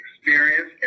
experience